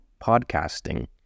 podcasting